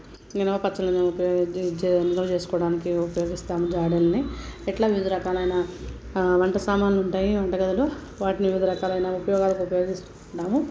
నిల్వ పచ్చళ్ళను ఉపయోగించి నిల్వ చేసుకోవడానికి ఉపయోగిస్తాము జాడీలని ఇట్లా వివిధ రకాలమైన వంట సామానులు ఉంటాయి వంట గదిలో వాటిని వివిధ రకాలైన ఉపయోగాలకు ఉపయోగించుకుంటు ఉంటాం